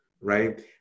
right